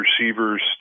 receivers